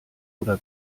oder